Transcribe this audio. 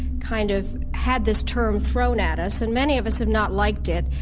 kind of had this term thrown at us and many of us have not liked it,